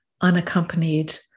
unaccompanied